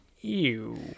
Ew